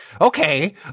Okay